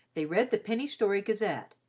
they read the penny story gazette,